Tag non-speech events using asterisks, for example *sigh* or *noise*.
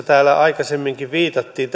*unintelligible* täällä aikaisemminkin viitattiin *unintelligible*